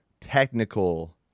technical